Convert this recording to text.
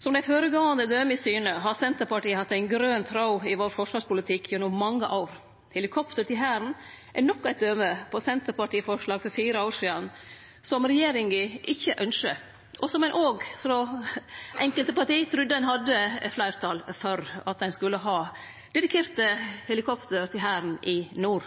Som dei føregåande døma syner, har Senterpartiet hatt ein grøn tråd i sin forsvarspolitikk gjennom mange år. Helikopter til Hæren er endå eit døme på Senterparti-forslag frå for fire år sidan som regjeringa ikkje ynskjer, og som ein òg frå enkelte parti trudde ein hadde fleirtal for, nemleg dedikerte helikopter til Hæren i nord.